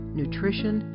nutrition